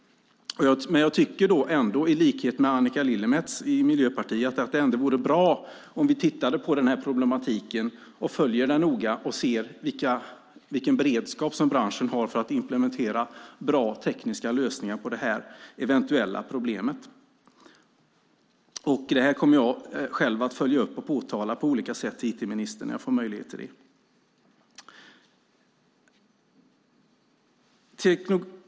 Jag tycker ändå, i likhet med Annika Lillemets i Miljöpartiet, att det vore bra om vi tittade på den här problematiken och följde den noga för att se vilken beredskap som branschen har för att implementera bra tekniska lösningar på det här eventuella problemet. Det här kommer jag själv att följa upp och påtala på olika sätt för IT-ministern när jag får möjlighet till det.